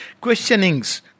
questionings